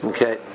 Okay